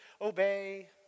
obey